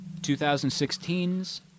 2016's